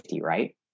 right